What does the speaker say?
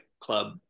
club